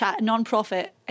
non-profit